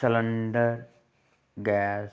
cylinder gas